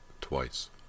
twice